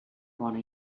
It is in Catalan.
bona